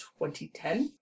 2010